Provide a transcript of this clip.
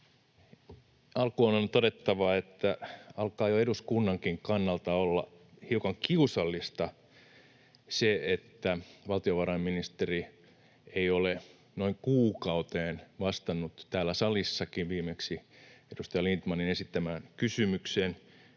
Alkuun on todettava, että alkaa jo eduskunnankin kannalta olla hiukan kiusallista se, että valtiovarainministeri ei ole noin kuukauteen vastannut täällä salissakin viimeksi edustaja Lindtmanin esittämään kysymykseen.